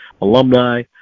alumni